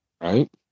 Right